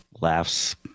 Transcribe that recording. laughs